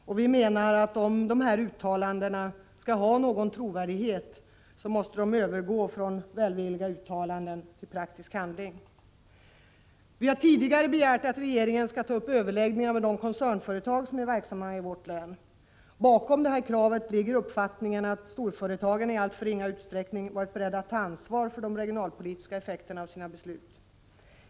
Om riksdagens uttalanden skall ha någon trovärdighet, måste dessa välvilliga uttalanden omsättas i praktisk handling. Vi har tidigare begärt att regeringen skall ta upp överläggningar med de stora koncernföretag som är verksamma i vårt län. Bakom detta krav ligger den uppfattningen att storföretagen i alltför ringa utsträckning varit beredda att ta ansvar för de regionalpolitiska effekterna av sina beslut.